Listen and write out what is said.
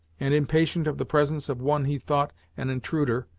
and impatient of the presence of one he thought an intruder,